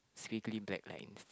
three green black lines